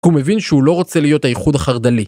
הוא מבין שהוא לא רוצה להיות הייחוד החרדלי.